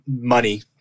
money